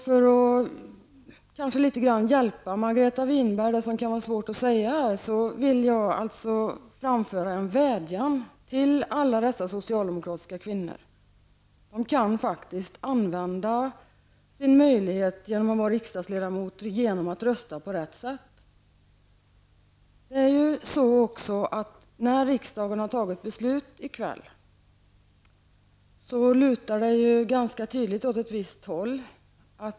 För att hjälpa Margareta Winberg att säga det som kan vara svårt att säga, vill jag framföra en vädjan till alla dessa socialdemokratiska kvinnor. De kan faktiskt använda sin möjlighet som riksdagsledamot att rösta på rätt sätt. När riksdagen har fattat beslut i kväll, lutar det ganska tydligt åt ett visst håll.